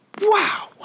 Wow